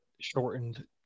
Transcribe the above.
shortened